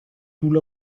tool